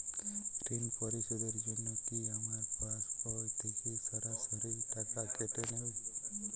ঋণ পরিশোধের জন্য কি আমার পাশবই থেকে সরাসরি টাকা কেটে নেবে?